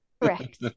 correct